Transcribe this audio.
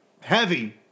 Heavy